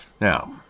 Now